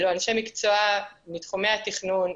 אלו אנשי מקצוע מתחומי התכנון,